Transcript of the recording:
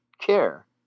care